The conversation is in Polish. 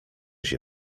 się